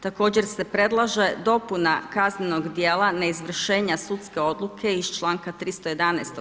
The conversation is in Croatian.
Također se predlaže dopuna kaznenog djela neizvršenja sudske odluke iz članka 311.